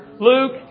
Luke